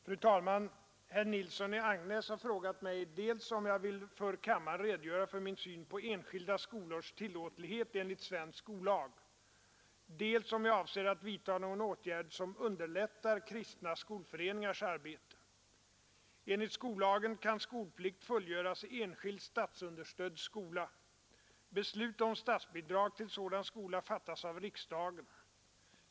Fru talman! Herr Nilsson i Agnäs har frågat mig, dels om jag vill för kammaren redogöra för min syn på enskilda skolors tillåtenhet enligt svensk skollag, dels om jag avser att vidtaga någon åtgärd som underlättar kristna skolföreningars arbete. Enligt skollagen kan skolplikt fullgöras i enskild statsunderstödd skola. Beslut om statsbidrag till sådan skola fattas av riksdagen.